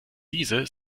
diese